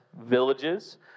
villages